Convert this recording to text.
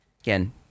Again